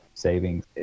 savings